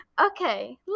Okay